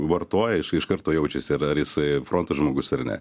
vartoja iš iš karto jaučiasi ar ar jisai proto žmogus ar ne